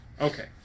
Okay